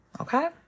Okay